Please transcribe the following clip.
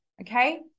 okay